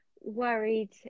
worried